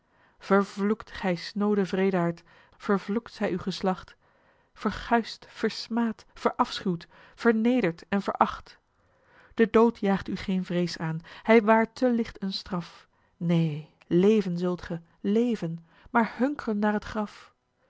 gij snoode wreedaard vervloekt zij uw geslacht verguisd versmaad verafschuwd vernederd en veracht de dood jaagt u geen vrees aan hij waar te licht een straf neen leven zult ge leven maar hunk'ren naar het graf